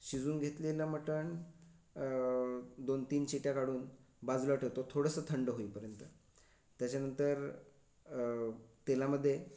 शिजून घेतलेलं मटण दोनतीन शिट्ट्या काढून बाजूला ठेवतो थोडंसं थंड होईपर्यंत त्याच्यानंतर तेलामध्ये